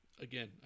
Again